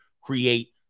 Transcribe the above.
create